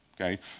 okay